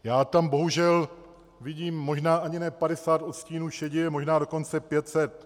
Já tam bohužel vidím možná ani ne 50 odstínů šedi, možná dokonce 500.